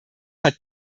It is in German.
hat